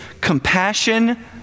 compassion